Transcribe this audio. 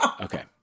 Okay